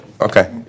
Okay